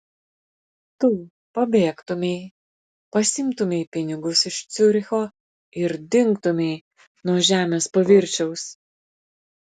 tu pabėgtumei pasiimtumei pinigus iš ciuricho ir dingtumei nuo žemės paviršiaus